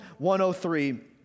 103